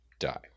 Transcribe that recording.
die